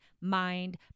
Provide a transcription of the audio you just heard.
mind